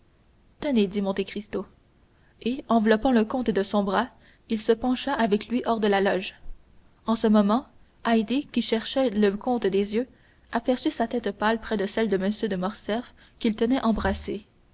tenez dit monte cristo et enveloppant le comte de son bras il se pencha avec lui hors la loge en ce moment haydée qui cherchait le comte des yeux aperçut sa tête pâle près de celle de m de morcerf qu'il tenait embrassé